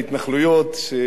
שהפריג'ידרים מלאים.